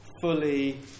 fully